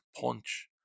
punch